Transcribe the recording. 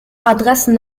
adressen